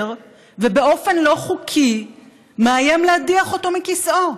ובאופן לא חוקי מאיים להדיח אותו מכיסאו.